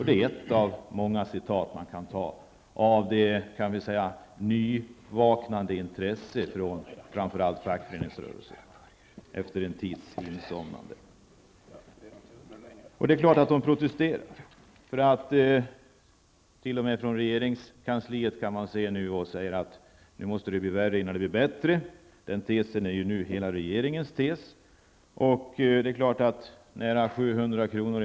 Det är ett av de många uttalanden som kommer från t.ex. den nyvakade fackföreningsrörelsen som har kommit tillbaka med nytt intresse efter en tids insomnande. Det är klart att de protesterar. T.o.m. inom regeringskansliet säger man nu att det måste bli värre innan det kan bli bättre. Den tesen har nu blivit hela regeringens tes. Det är klart att nästan 700 kr.